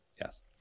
yes